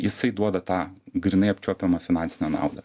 jisai duoda tą grynai apčiuopiamą finansinę naudą